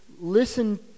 listen